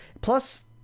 plus